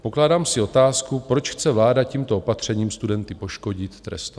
Pokládám si otázku, proč chce vláda tímto opatřením studenty poškodit, trestat.